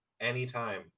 Anytime